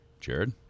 jared